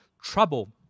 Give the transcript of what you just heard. trouble